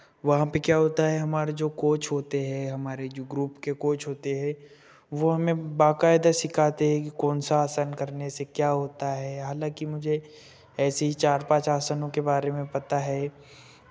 वहाँ पे क्या होता है हमारे जो कोच होते है हमारे जो ग्रुप के कोच होते हैं वो हमें बकायदा सिखाते हैं कि कौन सा आसन करने से क्या होता है हालांकि मुझे ऐसे ही चार पाँच आसनों के बारे में पता है